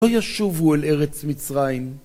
לא ישובו אל ארץ מצרים